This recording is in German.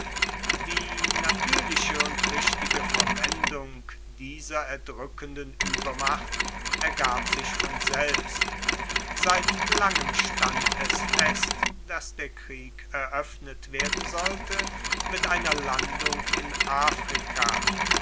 die natuerliche und richtige verwendung dieser erdrueckenden uebermacht ergab sich von selbst seit langem stand es fest dass der krieg eroeffnet werden sollte mit einer landung in afrika